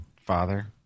father